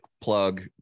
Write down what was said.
plug